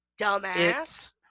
dumbass